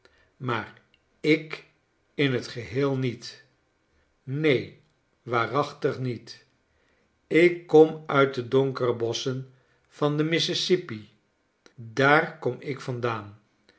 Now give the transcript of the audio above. maar ik in t geheel niet neen waarachtig niet ik kom uit de donkere bosschen van den mississippi daar kom i k vandaan